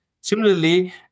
Similarly